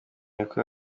uko